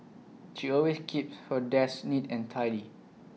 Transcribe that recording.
she always keeps her desk neat and tidy